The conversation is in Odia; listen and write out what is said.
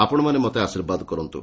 ଆପଶମାନେ ମୋତେ ଆଶୀର୍ବାଦ କରନ୍ତୁ